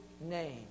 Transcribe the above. name